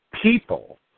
People